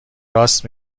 راست